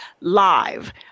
live